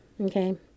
okay